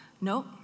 Nope